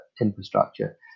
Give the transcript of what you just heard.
infrastructure